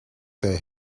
they